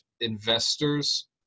investors